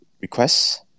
requests